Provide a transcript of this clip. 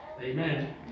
Amen